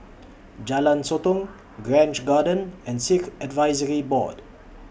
Jalan Sotong Grange Garden and Sikh Advisory Board